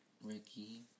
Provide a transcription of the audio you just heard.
Ricky